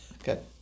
Okay